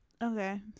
Okay